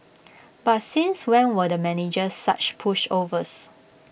but since when were the managers such pushovers